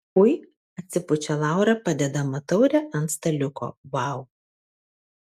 ui atsipučia laura padėdama taurę ant staliuko vau